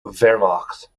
wehrmacht